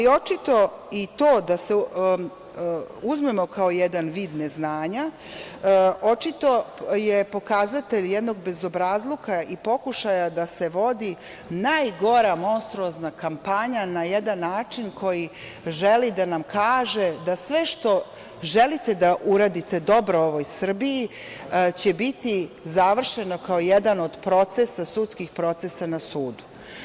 Da to uzmemo kao jedan vid neznanja, očito je to pokazatelj jednog bezobrazluka i pokušaj da se vodi najgora monstruozna kampanja na jedan način kojim želi da nam kaže da sve što želite da uradite dobro ovoj Srbiji će biti završeno kao jedan od sudskih procesa na sudu.